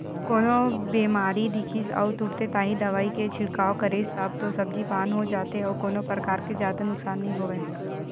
कोनो बेमारी दिखिस अउ तुरते ताही दवई के छिड़काव करेस तब तो सब्जी पान हो जाथे अउ कोनो परकार के जादा नुकसान नइ होवय